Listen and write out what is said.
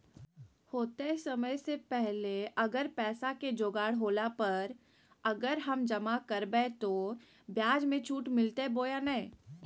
होतय समय से पहले अगर पैसा के जोगाड़ होला पर, अगर हम जमा करबय तो, ब्याज मे छुट मिलते बोया नय?